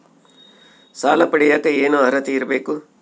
ಸಾಲ ಪಡಿಯಕ ಏನು ಅರ್ಹತೆ ಇರಬೇಕು?